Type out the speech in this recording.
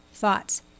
Thoughts